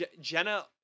Jenna